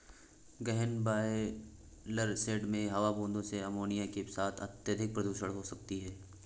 गहन broiler shed में हवा बूंदों से अमोनिया के साथ अत्यधिक प्रदूषित हो सकती है